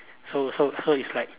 so so so is like